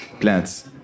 plants